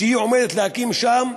שהיא עומדת להקים שם,